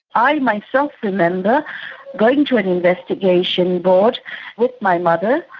i myself remember going to an investigation board my mother.